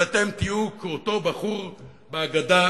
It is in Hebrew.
ואתם תהיו כאותו בחור בהגדה,